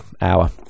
hour